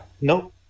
Nope